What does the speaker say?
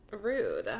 rude